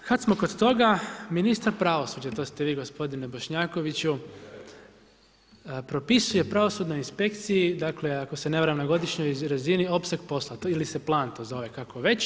Kad smo kod toga, ministar pravosuđa, to ste vi gospodine Bošnjakoviću propisuje pravosudnoj inspekciji, dakle ako se ne varam na godišnjoj razini opseg posla, ili se plan to zove, kako već.